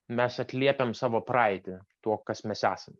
mes atliepiam savo praeitį tuo kas mes esam